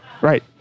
Right